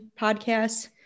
podcasts